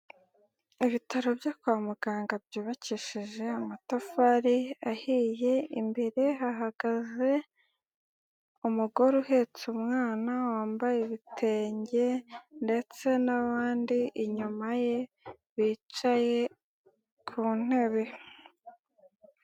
Ibitaro byo kwa muganga byubakisheje amatafari ahiye, imbere hahagaze umugore uhetse umwana wambaye ibitenge ndetse n'abandi inyuma ye bicaye ku intebe.